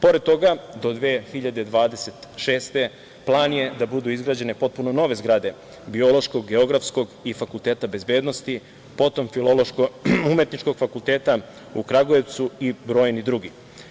Pored toga, do 2026. godine plan je da budu izgrađene potpuno nove zgrade biološkog, geografskog i Fakulteta bezbednosti, potom Filološko umetničkog fakulteta u Kragujevcu i brojni drugi.